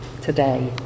today